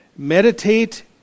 Meditate